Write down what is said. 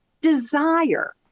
Desire